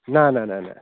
نَہ نَہ نَہ نَہ